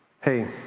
Hey